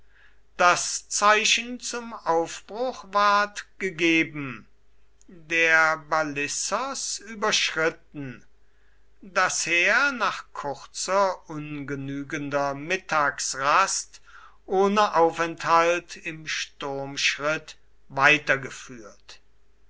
das zeichen zum aufbruch ward gegeben der balissos überschritten das heer nach kurzer ungenügender mittagsrast ohne aufenthalt im sturmschritt weitergeführt